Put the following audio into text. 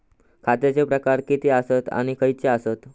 खतांचे प्रकार किती आसत आणि खैचे आसत?